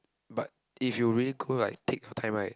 but if you really go like take your time right